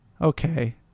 Okay